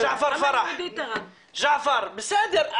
בסדר.